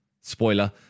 spoiler